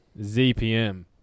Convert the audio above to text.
ZPM